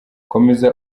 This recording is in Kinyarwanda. komeza